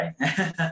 right